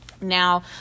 now